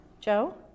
Joe